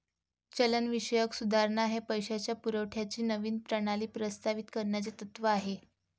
चलनविषयक सुधारणा हे पैशाच्या पुरवठ्याची नवीन प्रणाली प्रस्तावित करण्याचे तत्त्व आहे